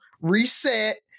reset